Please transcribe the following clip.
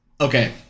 Okay